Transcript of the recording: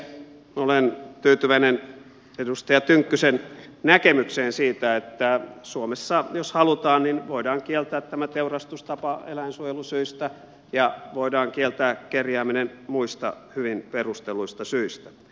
olen tyytyväinen edustaja tynkkysen näkemykseen siitä että suomessa jos halutaan voidaan kieltää tämä teurastustapa eläinsuojelusyistä ja voidaan kieltää kerjääminen muista hyvin perustelluista syistä